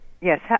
Yes